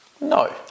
No